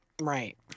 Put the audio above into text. right